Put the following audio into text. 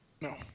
No